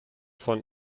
von